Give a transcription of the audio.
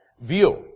view